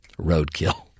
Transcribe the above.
Roadkill